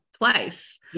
place